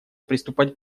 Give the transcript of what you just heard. приступать